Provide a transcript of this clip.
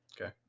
Okay